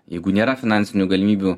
jeigu nėra finansinių galimybių